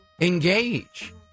engage